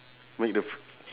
make the